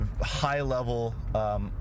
high-level